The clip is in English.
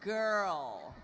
girl